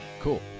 cool